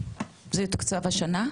זה יתוקצב השנה?